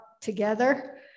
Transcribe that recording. together